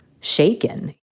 shaken